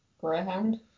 Greyhound